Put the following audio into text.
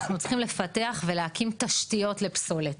אנחנו צריכים לפתח ולהקים תשתיות לפסולת.